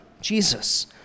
Jesus